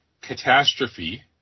catastrophe